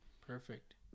perfect